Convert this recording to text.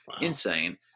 insane